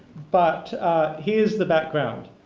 but he's the background.